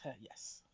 yes